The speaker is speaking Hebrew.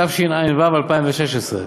התשע"ו 2016,